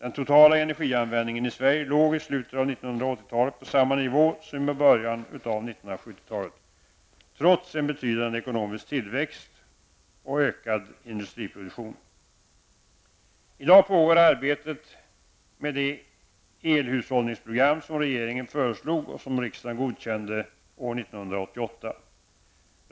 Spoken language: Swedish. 1980-talet på samma nivå som i början av 1970 talet, trots en betydande ekonomisk tillväxt och ökad industriproduktion. I dag pågår arbetet med det elhushållningsprogram som regeringen föreslog och riksdagen godkände år 1988.